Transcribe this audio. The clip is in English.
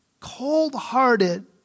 cold-hearted